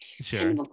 Sure